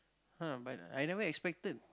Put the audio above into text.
!huh! but I never expected